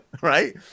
Right